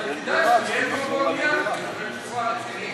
אז בהגדרה צריכים לחזור למליאה.